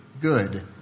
good